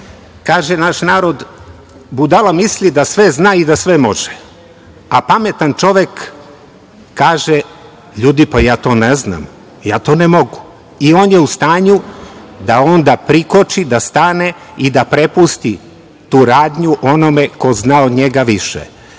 Kaže naš narod - budala misli da sve zna i da sve može, a pametan čovek kaže - ljudi, pa ja to ne znam, ja to ne mogu i on je u stanju da onda prikoči, da stane i da prepusti tu radnju onome ko zna od njega više.